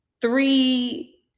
three